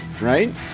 right